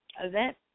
event